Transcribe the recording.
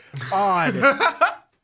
Odd